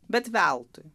bet veltui